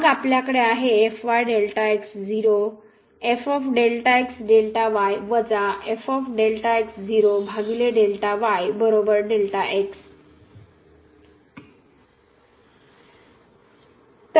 मग आपल्याकडे आहे तर हे आहे